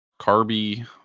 carby